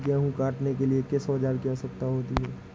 गेहूँ काटने के लिए किस औजार की आवश्यकता होती है?